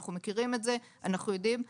אנחנו מכירים את זה, אנחנו יודעים על זה.